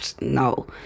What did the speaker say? no